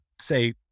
say